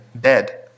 dead